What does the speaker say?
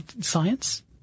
Science